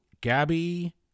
gabby